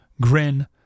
grin